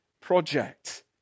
project